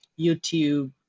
youtube